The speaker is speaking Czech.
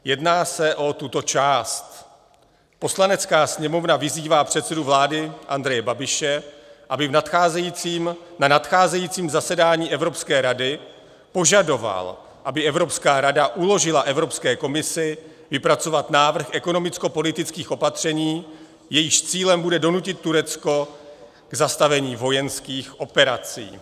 Jedná se o tuto část: Poslanecká sněmovna vyzývá předsedu vlády Andreje Babiše, aby na nadcházejícím zasedání Evropské rady požadoval, aby Evropská rada uložila Evropské komisi vypracovat návrh ekonomickopolitických opatření, jejichž cílem bude donutit Turecko k zastavení vojenských operací.